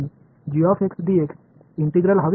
எனக்கு மற்றும் வழங்கப்பட்டுள்ளது இவை நிலையானதாகும்